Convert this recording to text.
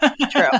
True